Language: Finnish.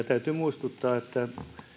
täytyy muistuttaa niin kuin